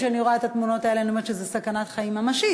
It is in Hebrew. כשאני רואה את התמונות האלה אני אומרת שזו סכנת חיים ממשית.